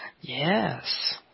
Yes